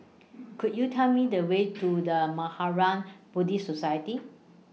Could YOU Tell Me The Way to The Mahaprajna Buddhist Society